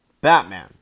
Batman